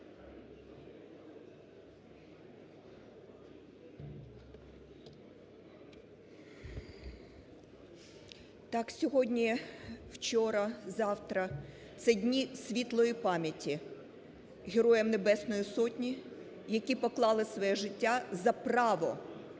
Так, сьогодні, вчора, завтра – це дні світлої пам'яті Героям Небесної Сотні, які поклали своє життя за право